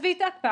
עזבי את ההקפאה.